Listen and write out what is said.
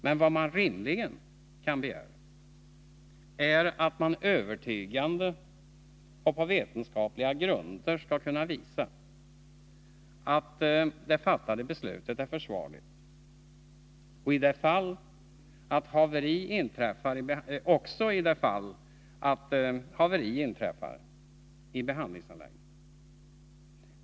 Men vad som rimligen kan begäras är att man övertygande och på vetenskapliga grunder skall visa att det fattade beslutet är försvarligt — också i det fall att ett haveri inträffar i behandlingsanläggningen.